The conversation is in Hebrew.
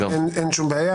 אין בעיה.